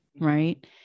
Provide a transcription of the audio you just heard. Right